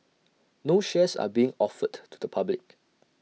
no shares are being offered to the public